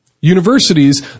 universities